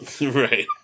Right